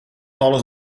alles